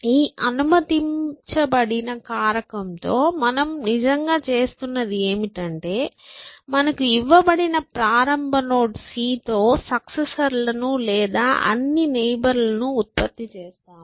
ఈ అనుమతించబడిన కారకంతో మనం నిజంగా చేస్తున్నది ఏమిటంటే మనకు ఇవ్వబడిన ప్రారంభ నోడ్ c తో సక్సెసర్లను లేదా అన్ని నైబర్లను ఉత్పత్తి చేస్తాము